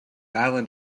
island